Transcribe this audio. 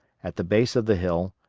at the base of the hill,